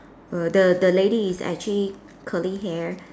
err the the lady is actually curly hair